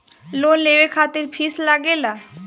Loan लेवे खातिर fees लागेला?